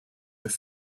have